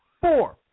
four